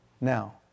Now